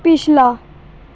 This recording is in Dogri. पिछला